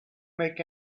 make